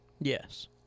Yes